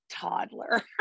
toddler